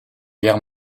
guerre